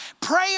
Prayer